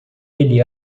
ele